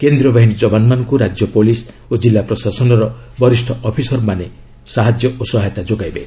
କେନ୍ଦ୍ରୀୟ ବାହିନୀ ଯବାନମାନଙ୍କୁ ରାଜ୍ୟ ପୁଲିସ୍ ଓ ଜିଲ୍ଲା ପ୍ରଶାସନର ବରିଷ୍ଣ ଅଫିସରମାନେ ସହାୟତା କରିବେ